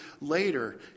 later